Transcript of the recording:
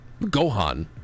Gohan